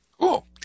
Cool